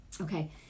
okay